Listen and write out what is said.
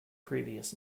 previous